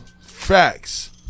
Facts